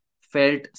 felt